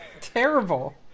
Terrible